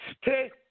Stay